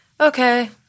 okay